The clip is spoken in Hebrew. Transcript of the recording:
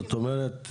זאת אומרת,